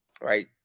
right